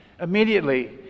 Immediately